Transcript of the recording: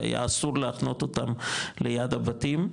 כי היה אסור להחנות אותם ליד הבתים.